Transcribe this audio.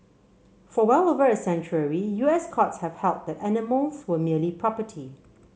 for well over a century U S courts have held that animals were merely property